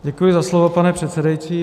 Děkuji za slovo, pane předsedající.